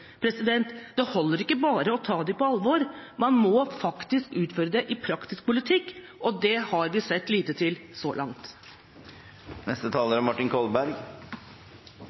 Det holder ikke bare å ta dem på alvor, man må faktisk utføre det i praktisk politikk, og det har vi sett lite til så langt.